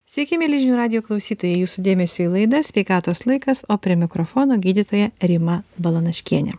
sveiki mieli žinių radijo klausytojai jūsų dėmesiui laida sveikatos laikas o prie mikrofono gydytoja rima balanaškienė